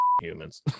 Humans